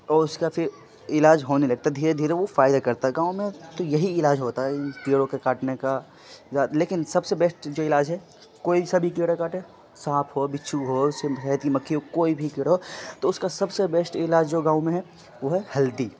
اور اس کا پھر علاج ہونے لگتا ہے دھیرے دھیرے وہ فائدہ کرتا ہے گاؤں میں تو یہی علاج ہوتا ہے کیڑوں کے کاٹنے کا لیکن سب سے بیسٹ جو علاج ہے کوئی سا بھی کیڑا کاٹے سانپ ہو بچھو ہو شہد کی مکھی ہو کوئی بھی کیڑا ہو تو اس کا سب سے بیسٹ علاج جو گاؤں میں ہے وہ ہے ہلدی